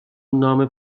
نام